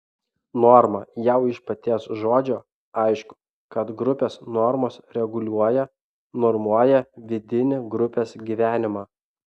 norma jau iš paties žodžio aišku kad grupės normos reguliuoja normuoja vidinį grupės gyvenimą